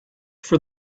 for